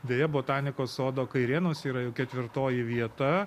deja botanikos sodo kairėnuose yra jau ketvirtoji vieta